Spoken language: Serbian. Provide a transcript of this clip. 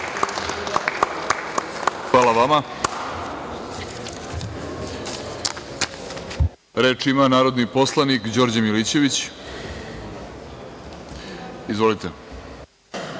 Hvala vama. Reč ima narodni poslanik Đorđe Milićević. Izvolite.